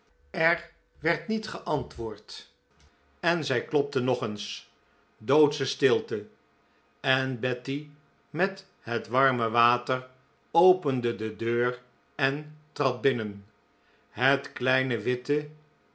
er werd niet geantwoord en zij klopte nog eens doodsche stilte en betty met het warme water opende de deur en trad binnen het kleine witte